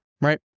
right